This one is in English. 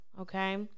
okay